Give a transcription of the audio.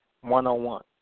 one-on-one